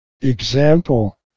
Example